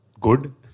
good